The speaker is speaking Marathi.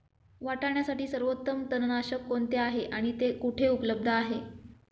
वाटाण्यासाठी सर्वोत्तम तणनाशक कोणते आहे आणि ते कुठे उपलब्ध आहे?